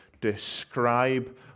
describe